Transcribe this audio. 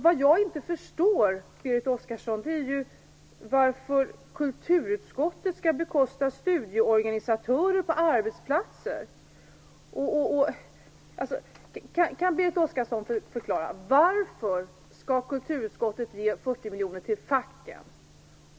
Vad jag inte förstår, Berit Oscarsson, är varför kulturutskottet skall bekosta studieorganisatörer på arbetsplatser. Kan Berit Oscarsson förklara detta: Varför skall kulturutskottet ge 40 miljoner till facken?